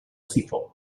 sifó